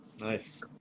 nice